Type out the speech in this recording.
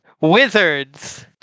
wizards